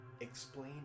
explain